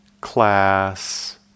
class